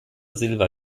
silva